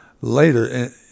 later